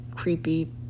creepy